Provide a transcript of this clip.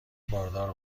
باردار